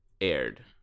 aired